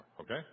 okay